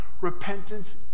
repentance